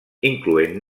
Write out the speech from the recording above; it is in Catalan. incloent